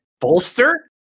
bolster